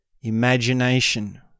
imagination